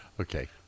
Okay